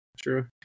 true